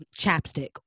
chapstick